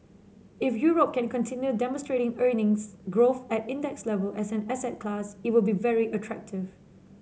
if Europe can continue demonstrating earnings growth at index level as an asset class it will be very attractive